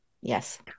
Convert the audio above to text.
Yes